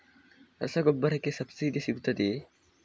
ರಸಗೊಬ್ಬರಕ್ಕೆ ಸಬ್ಸಿಡಿ ಸಿಗುತ್ತದೆಯೇ?